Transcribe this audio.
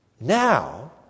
Now